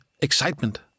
excitement